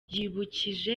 yibukije